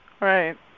right